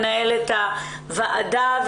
מנהלת הוועדה,